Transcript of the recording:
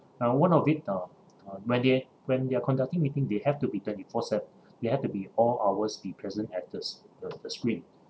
uh one of it uh uh when they when they're conducting meeting they have to be twenty four sev~ they have to be all hours be present at the s~ the the screen